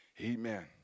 Amen